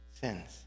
sins